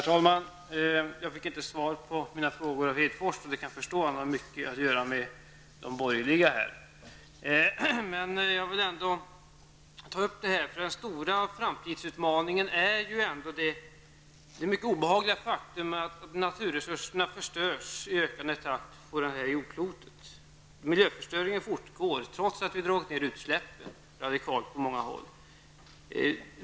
Herr talman! Lars Hedfors svarade inte på mina frågor. Det kan jag förstå, eftersom han hade mycket att ta upp med de borgerliga. Den stora framtida utmaningen är det mycket obehagliga faktum att naturresurserna förstörs på jordklotet. Miljöförstöringen fortgår trots att utsläppen har minskat radikalt på många håll.